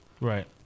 Right